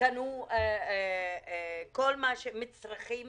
קנו את כל המצרכים